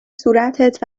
صورتت